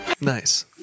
Nice